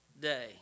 day